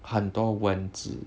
很多蚊子